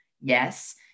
Yes